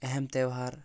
اہم تیہوار